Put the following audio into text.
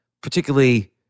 particularly